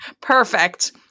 Perfect